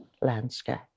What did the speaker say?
landscape